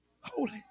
Holy